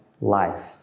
life